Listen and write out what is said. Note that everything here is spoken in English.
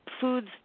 foods